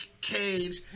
Cage